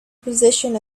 position